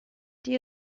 die